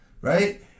right